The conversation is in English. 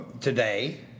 today